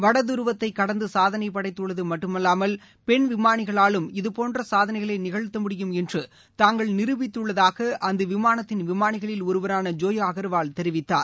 வடதருவத்தை கடந்து சாதனை படைத்துள்ளது மட்டுமல்லாமல் பெண் விமானிகளாலும் இது போன்ற சாதனைகளை நிகழ்த்த முடியும் என்று தாங்கள் நிரூபித்துள்ளதாக அந்த விமானத்தின் விமானிகளில் ஒருவரான ஜோயா அகர்வால் தெரிவித்தார்